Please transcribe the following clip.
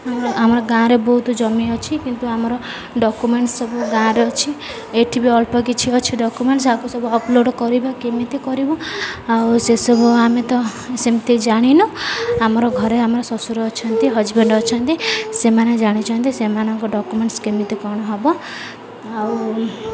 ଆମ ଆମର ଗାଁରେ ବହୁତ ଜମି ଅଛି କିନ୍ତୁ ଆମର ଡ଼କ୍ୟୁମେଣ୍ଟସ୍ ସବୁ ଗାଁରେ ଅଛି ଏଠି ବି ଅଳ୍ପ କିଛି ଅଛି ଡ଼କ୍ୟୁମେଣ୍ଟସ୍ ଆକୁ ସବୁ ଅପଲୋଡ଼୍ କରିବ କେମିତି କରିବୁ ଆଉ ସେସବୁ ଆମେ ତ ସେମିତି ଜାଣିନୁ ଆମର ଘରେ ଆମର ଶ୍ୱଶୁର ଅଛନ୍ତି ହଜବେଣ୍ଡ ଅଛନ୍ତି ସେମାନେ ଜାଣିଛନ୍ତି ସେମାନଙ୍କ ଡ଼କ୍ୟୁମେଣ୍ଟସ୍ କେମିତି କ'ଣ ହେବ ଆଉ